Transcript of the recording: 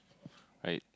right